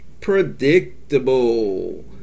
Predictable